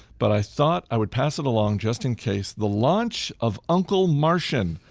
but i thought i would pass it along just in case. the launch of uncle martian,